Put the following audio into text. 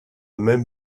même